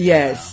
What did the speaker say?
Yes